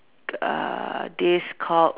g~ uh this called